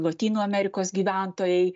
lotynų amerikos gyventojai